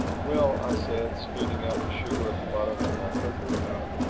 well, i said, spooning out the sugar at the bottom of my cocoa-cup,